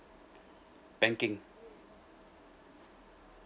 banking